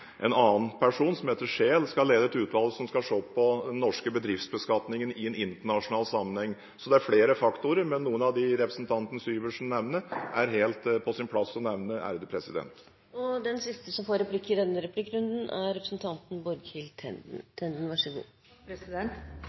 en annen person skal lede et utvalg som skal se på den norske bedriftsbeskatningen i en internasjonal sammenheng. Så det er flere faktorer, men noen av faktorene som representanten Syversen nevner, er det helt på sin plass å nevne. Venstre og Kristelig Folkeparti foreslår i